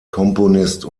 komponist